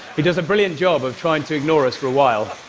who does a brilliant job of trying to ignore us for a while